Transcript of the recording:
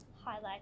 highlight